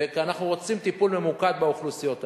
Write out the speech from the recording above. ומכיוון שאנחנו רוצים טיפול ממוקד באוכלוסיות האלה,